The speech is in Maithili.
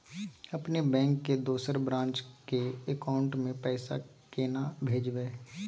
अपने बैंक के दोसर ब्रांच के अकाउंट म पैसा केना भेजबै?